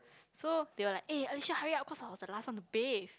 so they were like eh alicia hurry up cause I was the last one to bathe